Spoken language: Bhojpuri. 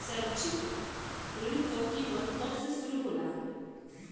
शैक्षिक ऋण क किस्त कब से शुरू होला?